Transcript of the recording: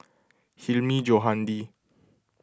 Hilmi Johandi